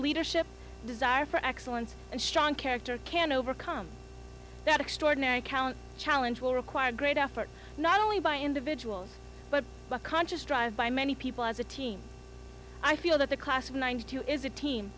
leadership desire for excellence and strong character can overcome that extraordinary talent challenge will require great effort not only by individuals but a conscious drive by many people as a team i feel that the class of ninety two is a team